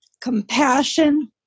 compassion